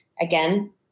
again